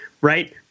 Right